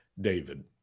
David